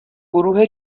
گروه